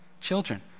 children